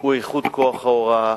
הוא איכות כוח ההוראה.